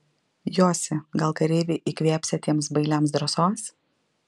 josi gal kareiviai įkvėpsią tiems bailiams drąsos